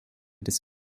des